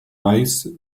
rise